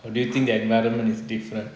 or do you think the environment is different